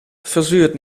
verzuurt